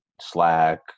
Slack